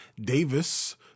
Davis